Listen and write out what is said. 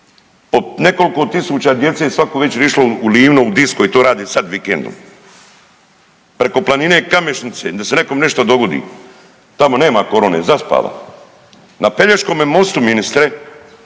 Po nekoliko tisuća djece svako večer je išlo u Livno u disco i to rade i sad vikendom. Preko planine Kamšnice da se nekom nešto dogodi, tamo nema korone zaspala. Na Pelješkome mostu ministre